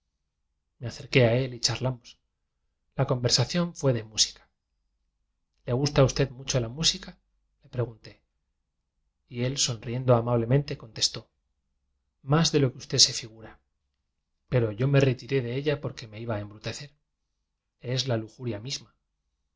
me acerqué a él y charlamos la conver sación fué de música le gusta a usted mucho la música le pregunté y él sonriyendo amablemente contestó más de lo que usted se figura pero yo me retiré de i c mmrít te ella porque me iba a embrutecer es la lu juria misma